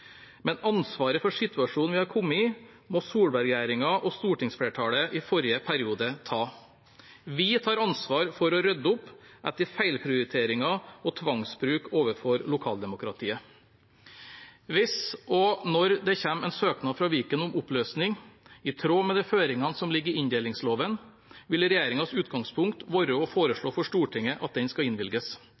Men ansvaret for situasjonen vi er kommet i, må Solberg-regjeringen og stortingsflertallet i forrige periode ta. Vi tar ansvar for å rydde opp etter feilprioriteringer og tvangsbruk overfor lokaldemokratiet. Hvis og når det kommer en søknad fra Viken om oppløsning, i tråd med de føringene som ligger i inndelingsloven, vil regjeringens utgangspunkt være å foreslå for Stortinget at den skal innvilges.